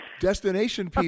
destination